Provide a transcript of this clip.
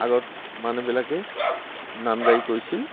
আগত মানুহবিলাকে নামজাৰি কৰিছিল